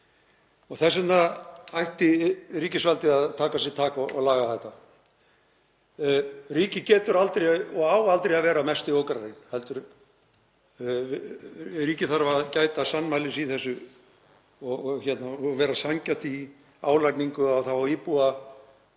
Þess vegna ætti ríkisvaldið að taka sér tak og laga þetta. Ríkið getur aldrei og á aldrei að vera mesti okrarinn. Ríkið þarf að gæta sannmælis í þessu og vera sanngjarnt í álagningu á þá íbúa